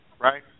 right